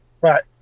Right